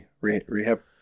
rehab